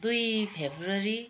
दुई फरवरी